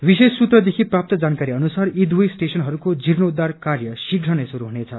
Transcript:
विशेष सूत्रदेखि प्राप्त जानकारी अनुसार यी दुवै स्टेशनहरूको जीर्णोद्वार कार्य शीप्र नै शुरू हुनेछ